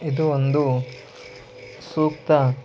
ಇದು ಒಂದು ಸೂಕ್ತ